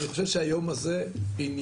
אני חושב שהיום הזה עניינו,